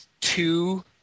two